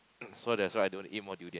so that's why I don't eat more durian